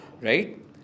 Right